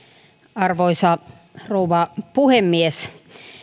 arvoisa rouva puhemies